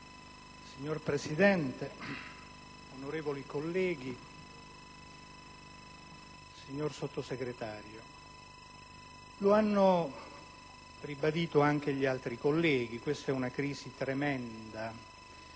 Signor Presidente, onorevoli colleghi, signor Sottosegretario, lo hanno ribadito anche gli altri colleghi: questa è una crisi tremenda,